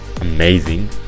amazing